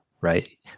right